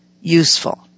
useful